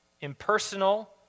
impersonal